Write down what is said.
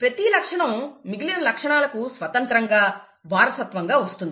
ప్రతి లక్షణం మిగిలిన లక్షణాలకు స్వతంత్రంగా వారసత్వంగా వస్తుంది